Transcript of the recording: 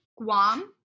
Guam